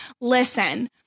listen